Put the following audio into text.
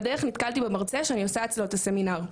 בדרך נתקלתי במרצה שאני עושה אצלו את הסמינר.